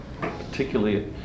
particularly